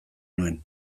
nuen